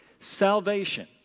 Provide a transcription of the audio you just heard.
Salvation